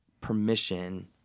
permission